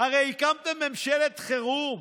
הרי הקמתם ממשלת חירום.